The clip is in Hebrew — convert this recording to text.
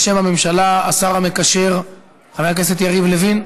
בשם הממשלה, השר המקשר חבר הכנסת יריב לוין.